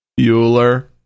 Bueller